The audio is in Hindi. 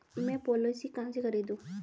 मैं पॉलिसी कहाँ से खरीदूं?